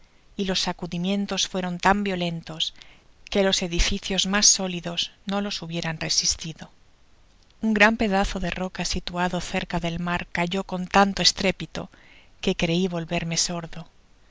y los sacudimientos fueron tan violentos que los edificios mas sólidos no los hubieran r esist ido un gran pedazo de roca situado cerca del mat cayó con tanto estrépito que crei volverme sordo